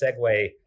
segue